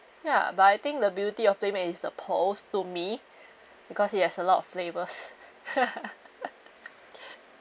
ya but I think the beauty of PlayMade is the pearls to me because it has a lot of flavours